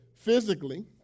physically